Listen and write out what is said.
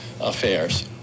affairs